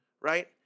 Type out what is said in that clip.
right